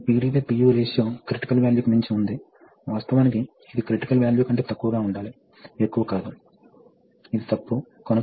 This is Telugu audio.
పైకి రావడం వేగంగా ఉంటుంది కానీ క్రిందికి వెళ్లడం తక్కువ ఫోర్స్ తో ఉండాలి